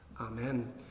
Amen